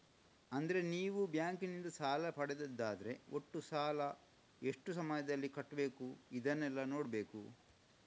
ಅಂದ್ರೆ ನೀವು ಬ್ಯಾಂಕಿನಿಂದ ಸಾಲ ಪಡೆದದ್ದಾದ್ರೆ ಒಟ್ಟು ಸಾಲ, ಎಷ್ಟು ಸಮಯದಲ್ಲಿ ಕಟ್ಬೇಕು ಇದನ್ನೆಲ್ಲಾ ನೋಡ್ಬೇಕು